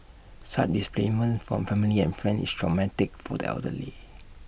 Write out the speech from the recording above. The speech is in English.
such displacement from family and friends is traumatic for the elderly